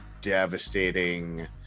devastating